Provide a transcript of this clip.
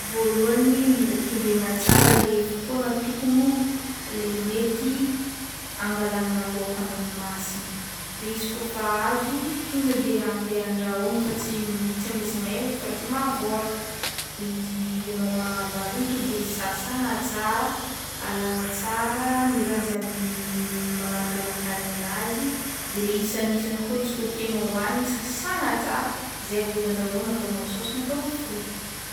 Voalohany, mila kendregna tsara le fotoagna tokon' ho le mety hangalana lôko an-dranomasigny, de izy kaofa azo tonga de ande andrahogno fa tsy ambesana ela eka fa lasa mavôraka, de izy ianao mahazo azy igny ton'de sasagna tsara, alagna tsara ny raha jiaby manaraka lalan-kagniny an'azy de le isan'isany koa izy koa tiagnao hoagniny sasagna tsara zay vao izy andrahoinao na atao saosy na ataonao frity.